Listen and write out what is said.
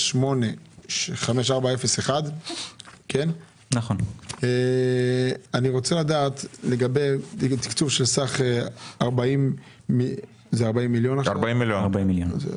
08-54-01. תקצוב בסך 40 מיליון שקלים